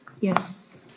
Yes